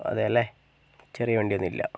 അതേല്ലേ ചെറിയ വണ്ടി ഒന്നുമില്ല